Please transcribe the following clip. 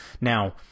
now